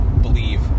believe